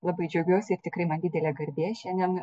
labai džiaugiuosi tikrai man didelė garbė šiandien